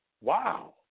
Wow